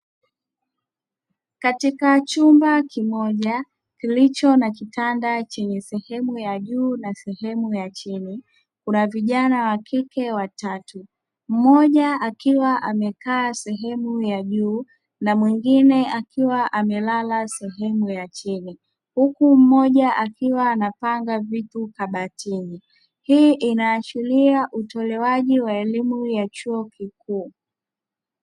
Katika chumba kimoja kilicho na kitanda chenye sehemu ya juu na sehemu ya chini, kuna vijana wa kike watatu. Mmoja akiwa amekaa sehemu ya juu na mwingine akiwa amelala sehemu ya chini, huku mmoja akiwa anapanga vitu kabatini. Hii inaashiria utolewaji wa elimu ya chuo kikuu.